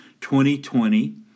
2020